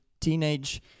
teenage